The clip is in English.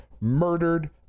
murdered